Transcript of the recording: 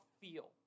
feel